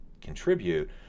contribute